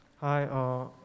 Hi